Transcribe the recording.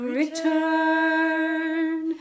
return